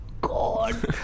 god